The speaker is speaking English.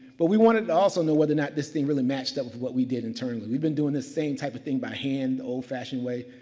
but, we wanted to also know whether or not this thing really matched up with what we did internally. we've been doing this same type of thing by hand, the old fashioned way.